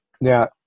now